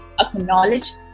acknowledge